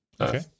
Okay